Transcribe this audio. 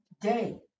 day